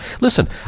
Listen